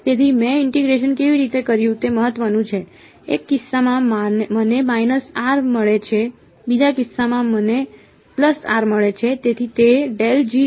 તેથી મેં ઇન્ટીગ્રેશન કેવી રીતે કર્યું તે મહત્વનું છે એક કિસ્સામાં મને મળે છે બીજા કિસ્સામાં મને મળે છે